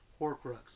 horcrux